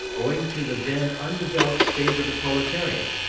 owing to the then undeveloped state of the proletariat,